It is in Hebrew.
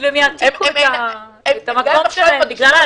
אולי אפילו הם יאמצו את --- בגלל ההטבות.